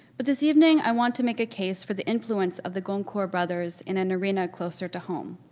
but this evening, i want to make a case for the influence of the goncourt brothers in an arena closer to home,